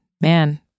man